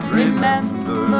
remember